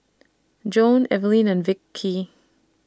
Joann Eveline and Vicy